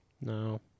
No